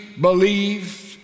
believe